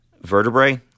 vertebrae